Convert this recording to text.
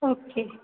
okay